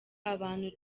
abantu